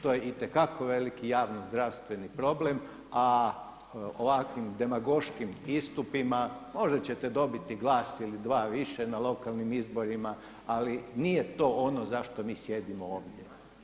To je itekako veliki, javni, zdravstveni problem, a ovakvim demagoškim istupima možda ćete dobiti glas ili dva više na lokalnim izborima, ali nije to ono zašto mi sjedimo ovdje.